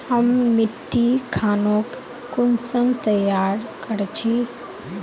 हम मिट्टी खानोक कुंसम तैयार कर छी?